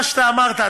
מה שאמרת,